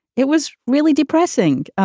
it was really depressing.